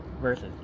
versus